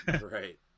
Right